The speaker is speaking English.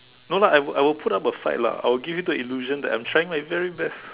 no lah I will I will put up a fight lah I will give you the illusion that I'm trying my very best